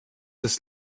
ist